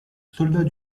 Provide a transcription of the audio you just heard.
soldat